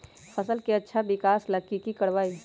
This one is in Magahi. फसल के अच्छा विकास ला की करवाई?